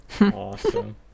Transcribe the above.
Awesome